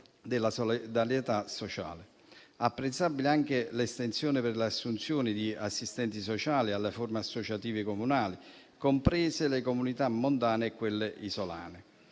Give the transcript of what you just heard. della solidarietà sociale. È apprezzabile anche l'estensione per le assunzioni di assistenti sociali alle forme associative comunali, comprese le Comunità montane e quelle isolane.